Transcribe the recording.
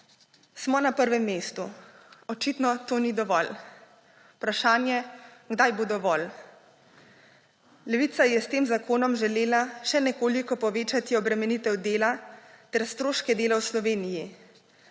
Smo na prvem mestu. Očitno to ni dovolj. Vprašanje, kdaj bo dovolj. Levica je s tem zakonom želela še nekoliko povečati obremenitev dela ter stroške dela v Sloveniji,